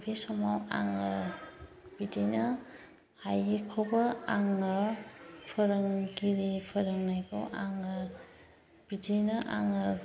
बे समाव आङो बिदिनो हायिखौबो आङो फोरोंगिरि फोरोंनायखौ आङो बिदिनो आङो